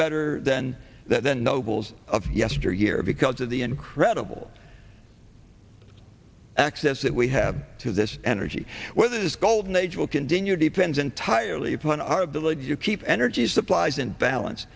better than that the nobles of yesteryear because of the incredible access that we have to this energy whether this golden age will continue depends entirely upon our ability to keep energy supplies in balance